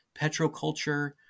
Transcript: petroculture